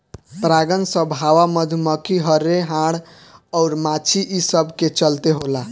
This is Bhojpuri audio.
परागन सभ हवा, मधुमखी, हर्रे, हाड़ अउर माछी ई सब के चलते होला